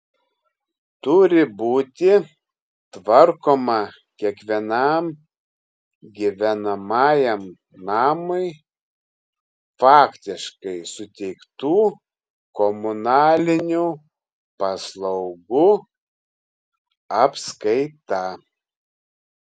turi būti tvarkoma kiekvienam gyvenamajam namui faktiškai suteiktų komunalinių paslaugų apskaita